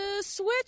switch